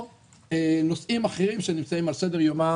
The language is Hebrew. או נושאים אחרים שנמצאים על סדר-יומה